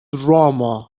drama